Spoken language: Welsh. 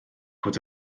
fod